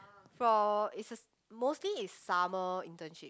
for it's a mostly it's summer internship